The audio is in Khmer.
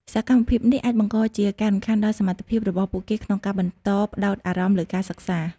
សកម្មភាពនេះអាចបង្កជាការរំខានដល់សមត្ថភាពរបស់ពួកគេក្នុងការបន្តផ្តោតអារម្មណ៍លើការសិក្សា។